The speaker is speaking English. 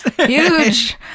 huge